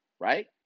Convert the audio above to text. right